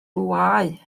bwâu